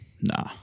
nah